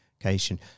education